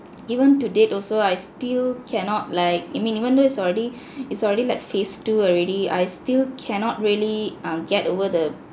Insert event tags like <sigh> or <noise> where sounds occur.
even to date also I still cannot like I mean even though it's already <breath> it's already like phase two already I still cannot really uh get over the